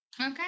Okay